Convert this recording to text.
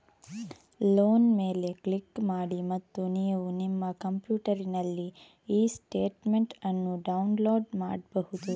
loan ಮೇಲೆ click ಮಾಡಿ ಮತ್ತು ನೀವು ನಿಮ್ಮ ಕಂಪ್ಯೂಟರಿನಲ್ಲಿ ಇ ಸ್ಟೇಟ್ಮೆಂಟ್ ಅನ್ನು ಡೌನ್ಲೋಡ್ ಮಾಡ್ಬಹುದು